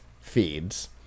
feeds